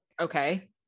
Okay